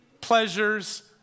pleasures